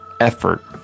effort